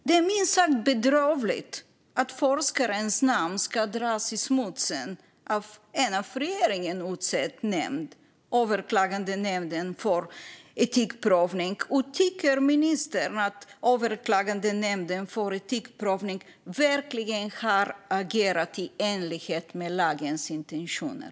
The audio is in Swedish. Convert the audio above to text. Det är minst sagt bedrövligt att forskarens namn ska dras i smutsen av en av regeringen utsedd nämnd, Överklagandenämnden för etikprövning. Tycker ministern att Överklagandenämnden för etikprövning verkligen har agerat i enlighet med lagens intentioner?